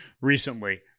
recently